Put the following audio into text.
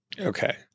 Okay